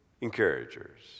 encouragers